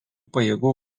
pajėgų